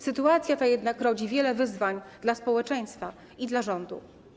Sytuacja ta jednak rodzi wiele wyzwań dla społeczeństwa i dla rządu.